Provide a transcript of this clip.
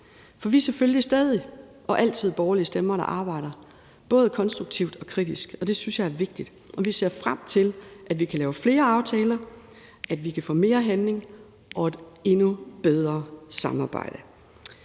for vi er selvfølgelig stadig og altid borgerlige stemmer, der arbejder, både konstruktivt og kritisk, og det synes jeg er vigtigt. Vi ser frem til, at vi kan lave flere aftaler, at vi kan få mere handling og et endnu bedre samarbejde.